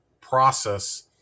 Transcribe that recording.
process